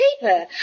paper